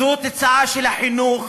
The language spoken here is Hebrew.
זו תוצאה של החינוך